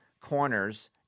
corners